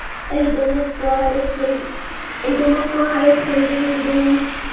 ꯑꯩ Don Bosco higher second ꯑꯩ Don Bosco higher secondary student